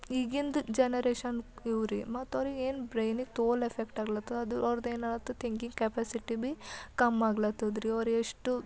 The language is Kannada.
ಈಗಿನ ಜನರೇಷನ್ ಇವರಿಗೆ ಮತ್ತವ್ರಿಗೇನು ಬ್ರೇನಿಗೆ ತೋಲ್ ಎಫೆಕ್ಟಾಗ್ಲತ್ತದ ಅದು ಅವ್ರದ್ದೇನಾದ್ರು ಥಿಂಕಿಂಗ್ ಕೆಪಾಸಿಟಿ ಭೀ ಕಮ್ಮಿ ಆಗ್ಲತ್ತದ್ರಿ ಅವರೆಷ್ಟು